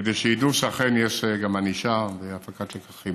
כדי שידעו שאכן יש גם ענישה והפקת לקחים.